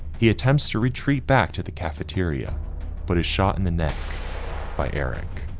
he attempts to retreat back to the cafeteria but is shot in the neck by eric.